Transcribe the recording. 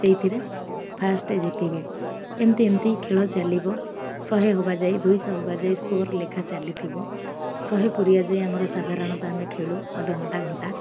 ସେଇଥିରେ ଫାଷ୍ଟ ଜିତିବେ ଏମିତି ଏମିତି ଖେଳ ଚାଲିବ ଶହେ ହବା ଯାଇ ଦୁଇଶହ ହବା ଯାଏଁ ସ୍କୋର ଲେଖା ଚାଲିଥିବ ଶହେ ପୁରରିଆ ଯାଏଁ ଆମର ସାଧାରଣତଃ ଆମେ ଖେଳୁ ଅଧଘଣ୍ଟା ଘଣ୍ଟା